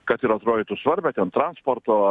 kad ir atrodytų svarbią ten transporto